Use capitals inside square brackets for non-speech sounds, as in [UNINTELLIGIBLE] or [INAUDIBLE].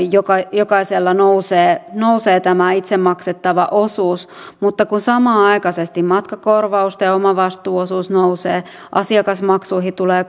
jokaisella nousee nousee tämä itse maksettava osuus mutta kun samanaikaisesti matkakorvausten omavastuuosuus nousee asiakasmaksuihin tulee [UNINTELLIGIBLE]